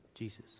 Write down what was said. Jesus